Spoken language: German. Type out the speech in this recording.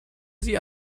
sie